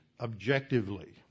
objectively